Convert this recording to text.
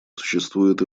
существует